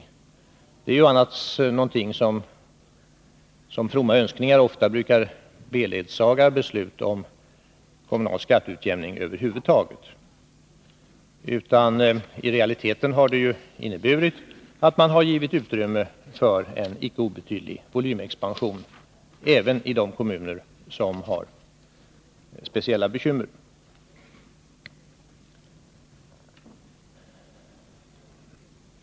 Sådana fromma önskningar brukar ju annars ofta beledsaga beslut om kommunal skatteutjämning över huvud taget. I realiteten har det ju inneburit att man har givit utrymme för en icke obetydlig volymexpansion även i de kommuner som har speciella bekymmer. Herr talman!